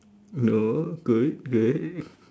no good good